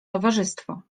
towarzystwo